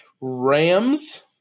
Rams